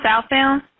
southbound